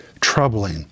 troubling